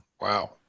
wow